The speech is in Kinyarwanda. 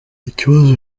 ikibazo